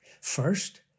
First